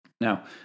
Now